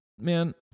man